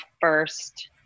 first